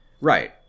Right